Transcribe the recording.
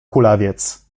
kulawiec